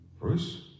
Bruce